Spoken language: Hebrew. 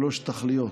שלוש תכליות: